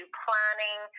planning